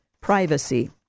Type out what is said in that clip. privacy